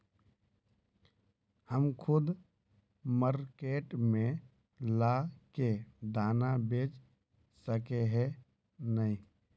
हम खुद मार्केट में ला के दाना बेच सके है नय?